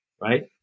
right